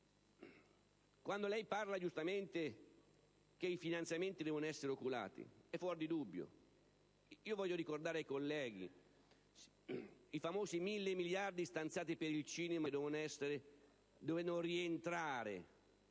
ha detto, giustamente, che i finanziamenti devono essere oculati. È fuor di dubbio. Voglio ricordare ai colleghi i famosi 1.000 miliardi stanziati per il cinema che dovevano rientrare